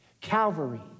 Calvary